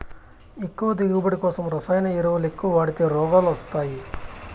ఎక్కువ దిగువబడి కోసం రసాయన ఎరువులెక్కవ వాడితే రోగాలు వస్తయ్యి